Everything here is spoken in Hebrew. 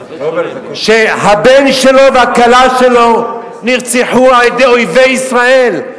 שהבן והכלה שלו נרצחו על ידי אויבי ישראל.